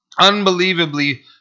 unbelievably